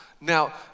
Now